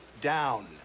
down